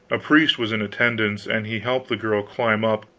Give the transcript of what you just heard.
a priest was in attendance, and he helped the girl climb up,